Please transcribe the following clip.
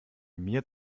mir